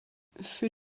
für